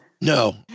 No